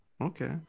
okay